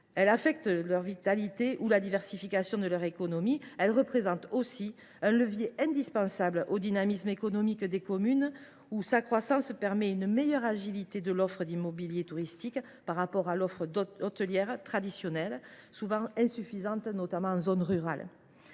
affectant leur vitalité ou la diversification de leur économie, il constitue également un levier indispensable au dynamisme économique de certaines communes et permet une meilleure agilité de l’offre immobilière touristique par rapport à l’offre hôtelière traditionnelle, souvent insuffisante, notamment en zone rurale.